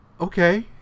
okay